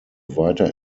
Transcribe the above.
weiter